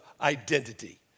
identity